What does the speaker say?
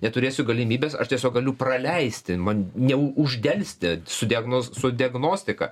neturėsiu galimybės aš tiesiog galiu praleisti man ne uždelsti su diagnoz su diagnostika